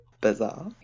Bizarre